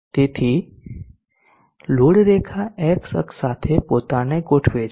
અને તેથી લોડ રેખા x અક્ષ સાથે પોતાને ગોઠવે છે